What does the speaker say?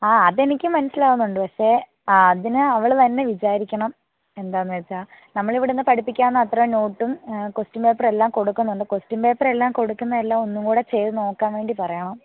ആ അത് എനിക്കും മനസ്സിലാവുന്നുണ്ട് പക്ഷേ ആ അതിന് അവൾ തന്നെ വിചാരിക്കണം എന്താണെന്ന് വെച്ചാൽ നമ്മൾ ഇവിടുന്ന് പഠിപ്പിക്കാവുന്ന അത്ര നോട്ടും ക്വസ്റ്റ്യൻ പേപ്പർ എല്ലാം കൊടുക്കുന്നുണ്ട് ക്വസ്റ്റ്യൻ പേപ്പർ എല്ലാം കൊടുക്കുന്ന എല്ലാം ഒന്നുകൂടെ ചെയ്തുനോക്കാൻ വേണ്ടി പറയണം